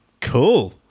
cool